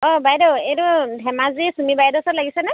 অঁ বাইদেউ এইটো ধেমাজিৰ চুমি বাইদেউ ওচৰত লাগিছেনে